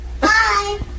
Bye